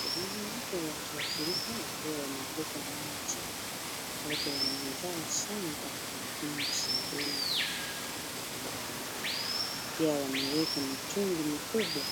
Wanawake wa kiafrika wakiwa wamebeba maji. Wote wamevaa shanga nyingi shingoni ya rangi mbalimbali. Pia wameweka mitungi mikubwa